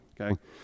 Okay